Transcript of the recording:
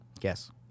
Yes